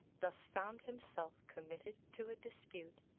thus found himself committed to a dispute,